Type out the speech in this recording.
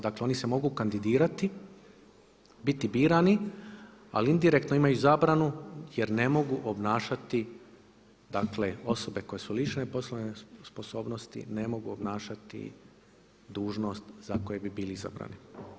Dakle oni se mogu kandidirati, biti birani, ali indirektno imaju zabranu jer ne mogu obnašati, dakle osobe koje su lišene poslovne sposobnosti ne mogu obnašati dužnost za koje bi bili izabrani.